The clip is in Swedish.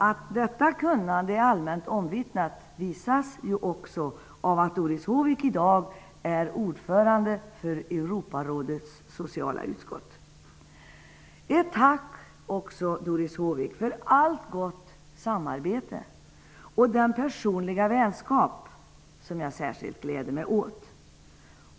Att detta kunnande är allmänt omvittnat framgår också av att Doris Håvik i dag är ordförande i Europarådets sociala utskott. Ett tack också, Doris Håvik, för allt gott samarbete och den personliga vänskap som jag särskilt gläder mig åt.